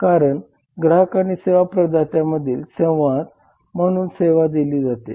कारण ग्राहक आणि सेवा प्रदात्यामधील संवाद म्हणून सेवा दिली जाते